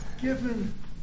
Given